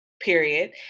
period